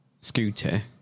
scooter